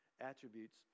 attributes